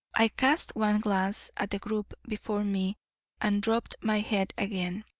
i cast one glance at the group before me and dropped my head again,